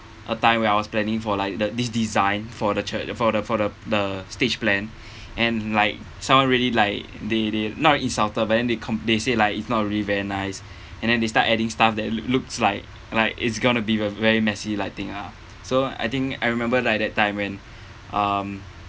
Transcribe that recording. a time where I was planning for like that this design for the chur~ for the for the the stage plan and like someone really like they they not insulted but then they com~ they said like is not really very nice and then they start adding stuff that look looks like like it's going to be ve~ very messy lighting ah so I think I remember like that time when um